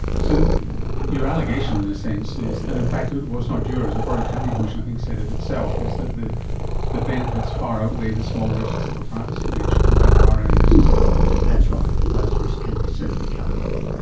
so your allegation in a sense is, and in fact, well, it's not yours, the productivity commission i think said it itself, is that the the benefits far outweigh the small risks of a privacy breach, if indeed there are any risks at all. that's right, and those risks can certainly be covered off. yeah